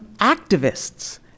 activists